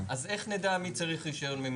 אז איך נדע מי צריך רישיון ממי?